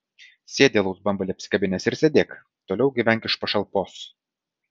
sėdi alaus bambalį apsikabinęs ir sėdėk toliau gyvenk iš pašalpos